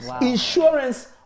insurance